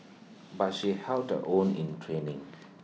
but she held her own in training